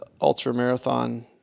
Ultramarathon